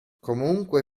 comunque